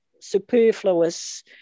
superfluous